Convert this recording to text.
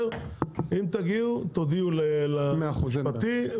אם תגיעו תודיעו ליועץ המשפטי,